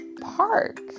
park